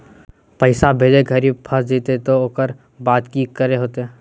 पैसा भेजे घरी फस जयते तो ओकर बाद की करे होते?